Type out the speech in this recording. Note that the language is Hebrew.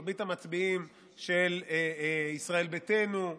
מרבית המצביעים של ישראל ביתנו,